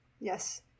yes